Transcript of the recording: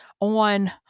on